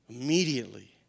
immediately